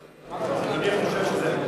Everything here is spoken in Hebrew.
חבר הכנסת שטרית, מה שאומר נסים זאב,